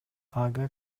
ага